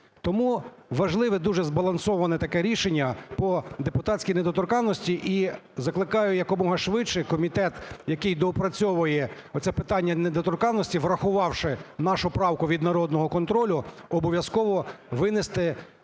Тому важливе дуже збалансоване таке рішення по депутатській недоторканності. І закликаю якомога швидше комітет, який доопрацьовує оце питання недоторканності, врахувавши нашу правку від "Народного контролю", обов'язково винести ще до президентських і